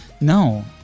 No